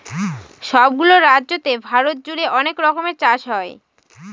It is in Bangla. সব গুলো রাজ্যতে ভারত জুড়ে অনেক রকমের চাষ হয়